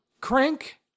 Crank